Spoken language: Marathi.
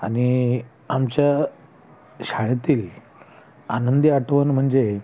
आणि आमच्या शाळेतील आनंदी आठवण म्हणजे